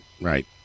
Right